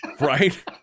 right